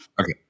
Okay